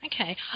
Okay